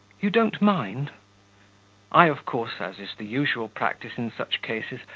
you don't mind i, of course, as is the usual practice in such cases,